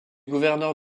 gouverneur